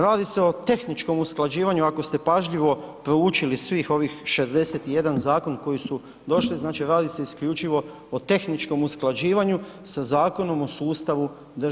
Radi se o tehničkom usklađivanju ako ste pažljivo proučili svih ovih 61 zakon koji su došli, znači radi se isključivo o tehničkom usklađivanju sa Zakonom o sustavu državne uprave.